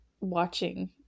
watching